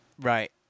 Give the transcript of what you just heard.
Right